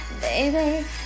Baby